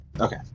okay